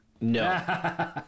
No